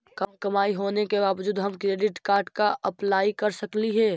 कम कमाई होने के बाबजूद हम क्रेडिट कार्ड ला अप्लाई कर सकली हे?